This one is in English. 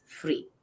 free